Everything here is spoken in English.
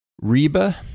Reba